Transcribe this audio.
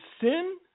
sin